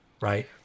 right